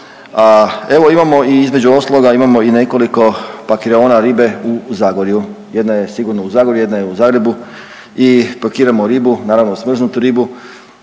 evo imamo i između ostaloga imamo i nekoliko pakiraona ribe u Zagorju. Jedna je sigurno u Zagorju, jedna je u Zagrebu i pakiramo ribu, naravno smrznutu ribu.